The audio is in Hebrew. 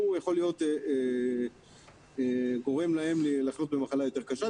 יכול לגרום להם לחלות במחלה יותר קשה.